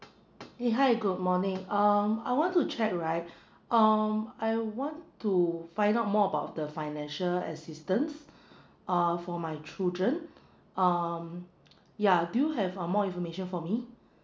eh hi good morning um I want to check right um I want to find out more about the financial assistance uh for my children um yeah do you have uh more information for me